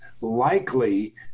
likely